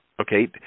Okay